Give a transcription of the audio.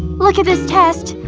look at this test!